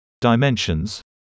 Dimensions